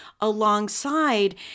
alongside